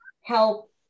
help